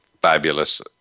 Fabulous